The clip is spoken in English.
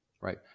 right